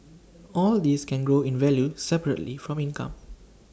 all these can grow in value separately from income